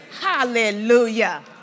Hallelujah